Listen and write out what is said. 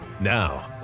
Now